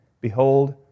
behold